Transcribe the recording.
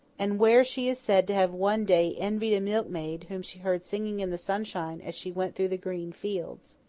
and where she is said to have one day envied a milkmaid whom she heard singing in the sunshine as she went through the green fields.